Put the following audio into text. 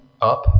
up